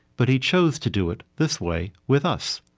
but he chose to do it this way with us.